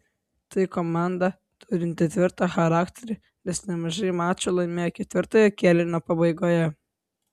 tai komanda turinti tvirtą charakterį nes nemažai mačų laimėjo ketvirtojo kėlinio pabaigoje